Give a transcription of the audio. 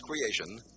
creation